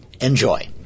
Enjoy